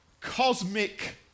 cosmic